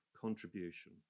contribution